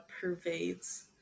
pervades